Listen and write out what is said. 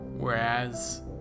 Whereas